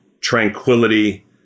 tranquility